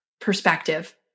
perspective